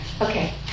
Okay